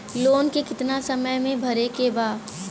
Loan के कितना समय तक मे भरे के बा?